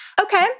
Okay